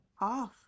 Off